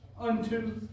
unto